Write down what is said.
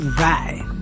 right